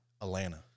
Atlanta